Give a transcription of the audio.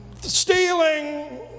Stealing